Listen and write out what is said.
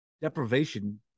deprivation